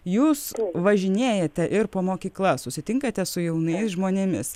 jūs važinėjate ir po mokyklas susitinkate su jaunais žmonėmis